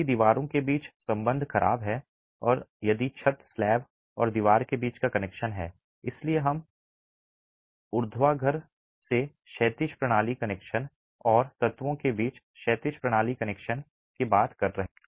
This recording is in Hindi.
यदि दीवारों के बीच संबंध खराब है और यदि छत स्लैब और दीवार के बीच का कनेक्शन है इसलिए हम ऊर्ध्वाधर से क्षैतिज प्रणाली कनेक्शन और तत्वों के बीच क्षैतिज प्रणाली में कनेक्शन की बात कर रहे हैं